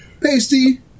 pasty